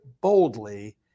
boldly